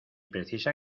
precisa